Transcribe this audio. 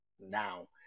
now